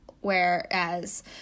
Whereas